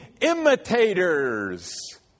imitators